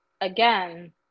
again